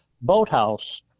boathouse